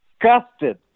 disgusted